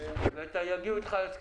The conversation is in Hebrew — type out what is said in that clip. ואם זה לא היה ינון אזולאי הייתי מגלגל